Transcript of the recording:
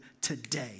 today